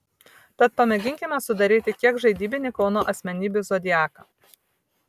tad pamėginkime sudaryti kiek žaidybinį kauno asmenybių zodiaką